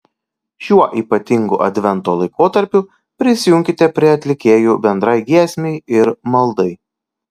šiuo ypatingu advento laikotarpiu prisijunkite prie atlikėjų bendrai giesmei ir maldai